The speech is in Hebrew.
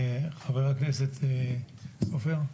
חבר הכנסת סופר.